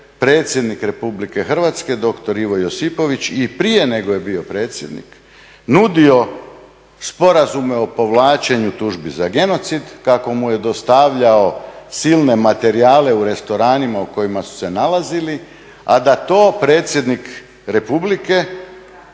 Predsjednik Republike Hrvatske doktor Ivo Josipović i prije nego je bio predsjednik nudio sporazum o povlačenju tužbi za genocid, kako mu je dostavljao silne materijale u restoranima u kojima su se nalazili, a da to Predsjednik Republike